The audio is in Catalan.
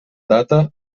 data